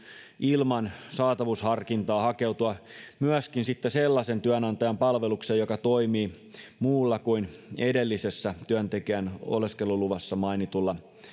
ilman saatavuusharkintaa hakeutua myöskin sellaisen työnantajan palvelukseen joka toimii muulla kuin edellisessä työntekijän oleskeluluvassa mainitulla